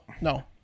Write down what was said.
No